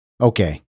okay